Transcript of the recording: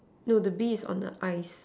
no the bee is on the eyes